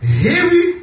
heavy